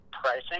pricing